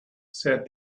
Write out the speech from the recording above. said